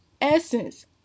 essence